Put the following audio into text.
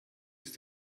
ist